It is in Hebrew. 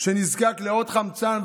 שנזקק לעוד חמצן,